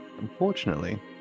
Unfortunately